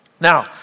Now